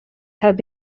have